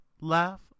laugh